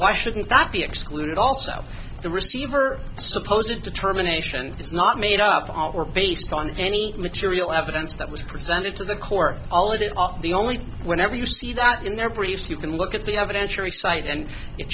why shouldn't that be excluded also the receiver suppose a determination is not made up our based on any material evidence that was presented to the court all of it off the only whenever you see that in their briefs you can look at the evidence or excite and it